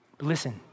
Listen